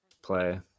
play